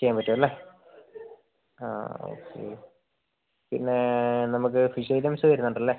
ചെയ്യാൻ പറ്റും അല്ലേ ആ ഓക്കെ പിന്നേ നമുക്ക് ഫിഷ് ഐറ്റംസ് വരുന്നുണ്ടല്ലേ